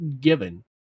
given